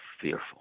fearful